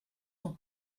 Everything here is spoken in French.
son